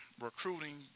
recruiting